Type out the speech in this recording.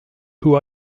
who